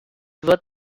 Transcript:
wird